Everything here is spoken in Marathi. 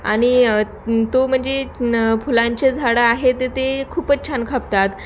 आणि तो म्हणजे फुलांचे झाडं आहेत ते खूपच छान खपतात